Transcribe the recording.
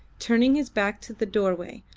turning his back to the doorway,